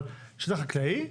אבל שטח חקלאי?